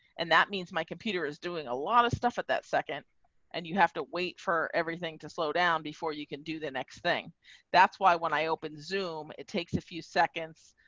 and that means my computer is doing a lot of stuff at that second and you have to wait for everything to slow down before you can do the next thing that's why when i open zoom it takes a few seconds.